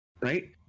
Right